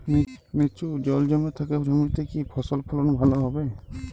নিচু জল জমে থাকা জমিতে কি ফসল ফলন ভালো হবে?